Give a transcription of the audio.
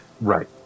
Right